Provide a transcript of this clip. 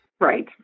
Right